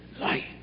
light